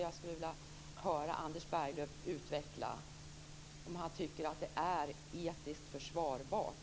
Jag vill höra Anders Berglöv utveckla om han tycker att detta är etiskt försvarbart.